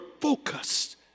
focused